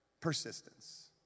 Persistence